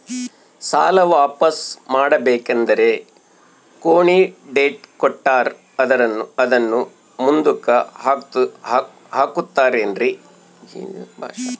ಸಾಲ ವಾಪಾಸ್ಸು ಮಾಡಬೇಕಂದರೆ ಕೊನಿ ಡೇಟ್ ಕೊಟ್ಟಾರ ಅದನ್ನು ಮುಂದುಕ್ಕ ಹಾಕುತ್ತಾರೇನ್ರಿ?